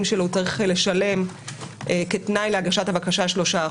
שלו הוא צריך לשלם כתנאי להגשת הבקשה 3%,